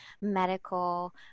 medical